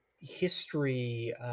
history